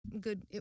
good